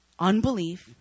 unbelief